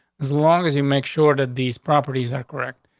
as long as you make sure that these properties are correct.